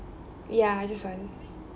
ya just one